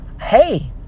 hey